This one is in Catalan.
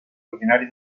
ordinari